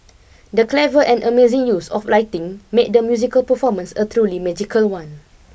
the clever and amazing use of lighting made the musical performance a truly magical one